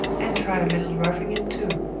and try a little roughing it too!